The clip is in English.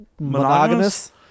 Monogamous